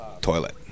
toilet